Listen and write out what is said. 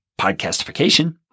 podcastification